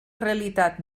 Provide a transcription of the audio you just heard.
realitat